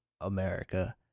America